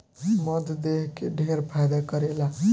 मध देह के ढेर फायदा करेला